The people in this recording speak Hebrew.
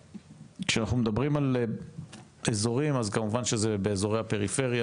כשאנחנו מדברים על אזורים אז כמובן שזה באזורי הפריפריה